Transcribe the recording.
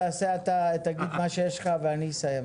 תגיד את מה שיש לך ואני אסיים.